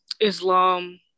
Islam